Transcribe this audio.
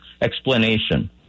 explanation